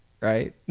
right